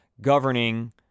governing